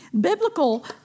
Biblical